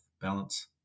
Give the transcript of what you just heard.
balance